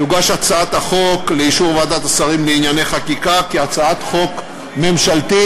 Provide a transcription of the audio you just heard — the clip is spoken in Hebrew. תוגש הצעת החוק לאישור ועדת השרים לענייני חקיקה כהצעת חוק ממשלתית.